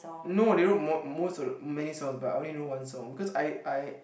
no they wrote mo~ most of the many songs but I only know one song because I I